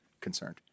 concerned